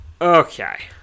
okay